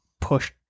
push